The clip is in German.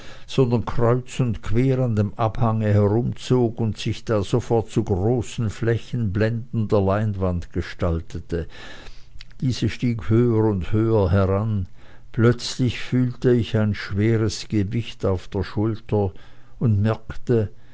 sondern kreuz und quer an dem abhange herumzog und sich da sofort zu großen flächen blendender leinwand gestaltete diese stieg höher und höher heran plötzlich fühlte ich ein schweres gewicht auf der schulter und merkte